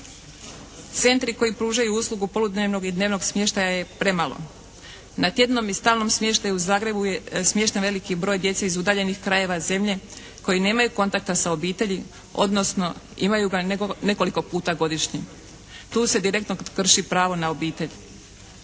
Centri koji pružaju uslugu poludnevnog i dnevnog smještaja je premalo. Na tjednom i stalnom smještaju u Zagrebu je smješten veliki broj djece iz udaljenih krajeva zemlje koji nemaju kontakta sa obitelji, odnosno imaju ga nekoliko puta godišnje. Tu se direktno krši pravo na obitelj.